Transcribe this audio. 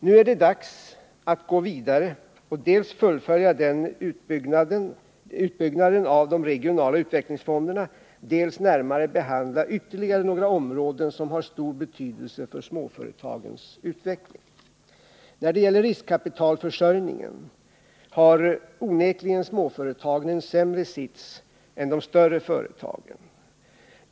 Nu är det dags att gå vidare och dels fullfölja utbyggnaden av de regionala utvecklingsfonderna, dels närmare behandla ytterligare några områden som har stor betydelse för småföretagens utveck När det gäller riskkapitalförsörjningen har onekligen småföretagen en sämre sits än de större företagen.